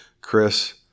Chris